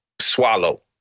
swallow